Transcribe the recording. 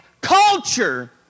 culture